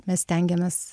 mes stengiamės